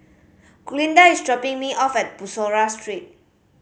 Glinda is dropping me off at Bussorah Street